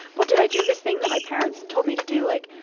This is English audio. but did i do this thing that my parents told me to do? like,